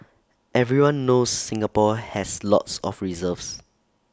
everyone knows Singapore has lots of reserves